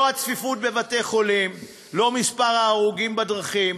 לא הצפיפות בבתי-החולים, לא מספר ההרוגים בדרכים,